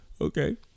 okay